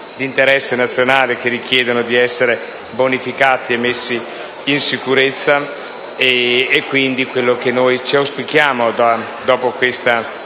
Grazie,